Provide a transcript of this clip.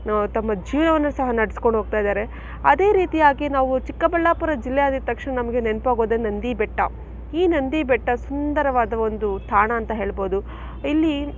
ತಮ್ಮ ಜೀವನವನ್ನ ಸಹ ನಡ್ಸ್ಕೊಂಡು ಹೋಗ್ತಾ ಇದ್ದಾರೆ ಅದೇ ರೀತಿಯಾಗಿ ನಾವು ಚಿಕ್ಕಬಳ್ಳಾಪುರ ಜಿಲ್ಲೆ ಅಂದಿದ್ದ ತಕ್ಷಣ ನಮಗೆ ನೆನಪಾಗೋದೆ ನಂದಿ ಬೆಟ್ಟ ಈ ನಂದಿ ಬೆಟ್ಟ ಸುಂದರವಾದ ಒಂದು ತಾಣ ಅಂತ ಹೇಳ್ಬೋದು ಇಲ್ಲಿ